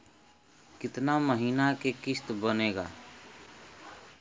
कितना महीना के किस्त बनेगा?